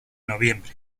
noviembre